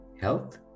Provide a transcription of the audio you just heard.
health